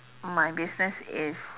my business is